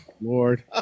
Lord